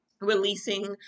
releasing